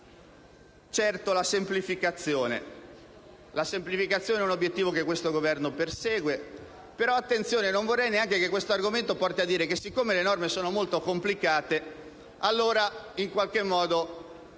La semplificazione è un obiettivo che questo Governo persegue, però attenzione, non vorrei nemmeno che questo argomento porti a dire che, siccome le norme sono molte complicate, allora bisogna essere